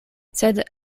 sed